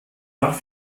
nach